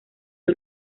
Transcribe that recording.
del